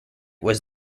was